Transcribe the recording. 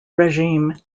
regime